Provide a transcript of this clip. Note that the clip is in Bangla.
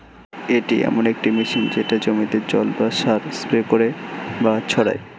এটি এমন একটি মেশিন যেটা জমিতে জল বা সার স্প্রে করে বা ছড়ায়